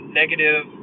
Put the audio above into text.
negative